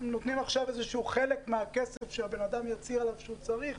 ונותנים עכשיו חלק מהכסף שבן אדם יצהיר עליו שהוא צריך,